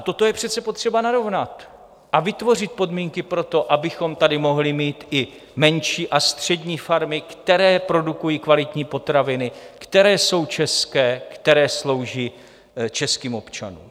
A toto je přece potřeba narovnat a vytvořit podmínky pro to, abychom tady mohli mít i menší a střední farmy, které produkují kvalitní potraviny, které jsou české, které slouží českým občanům.